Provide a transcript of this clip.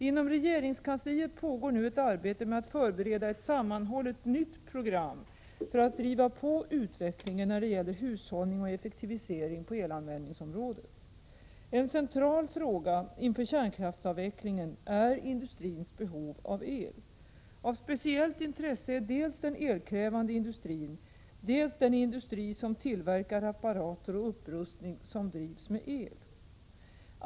Inom regeringskansliet pågår nu ett arbete med att förbereda ett sammanhållet, nytt En central fråga inför kärnkraftsavvecklingen är industrins behov av el. Av speciellt intresse är dels den elkrävande industrin, dels den industri som tillverkar apparater och utrustning som drivs med el.